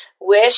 Wish